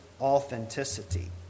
authenticity